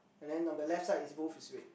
but then on the left side is both it's weight